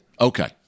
okay